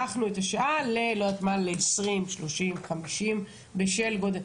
את השעה ל-20 או 30 משפחות בגלל הגודל.